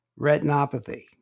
retinopathy